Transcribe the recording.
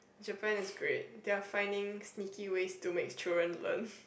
Japan is great they are finding sneaky ways to make children learn